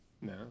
No